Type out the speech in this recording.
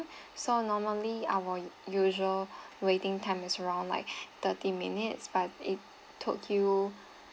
so normally our usual waiting time is around like thirty minutes but it took you